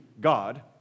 God